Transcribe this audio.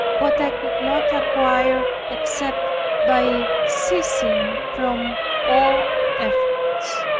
what i could not acquire except by ceasing from all efforts.